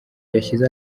yashyize